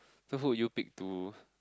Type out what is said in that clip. so who would you pick to